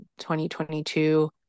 2022